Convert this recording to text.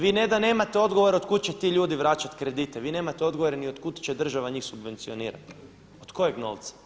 Vi ne da nemate odgovora od kud će ti ljudi vraćat kredite, vi nemate odgovore niti od kud će država njih subvencionirati, od kojeg novca.